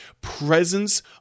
presence